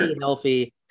healthy